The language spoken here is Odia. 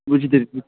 ବୁଝି ଦେବି